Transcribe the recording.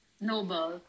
noble